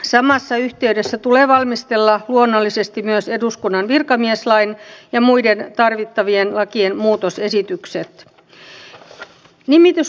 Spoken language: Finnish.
samassa yhteydessä tulee valmistella luonnollisesti myös eduskunnan virkamieslain ja muiden tarvittavien lakien muutosesitykset